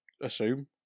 assume